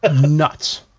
nuts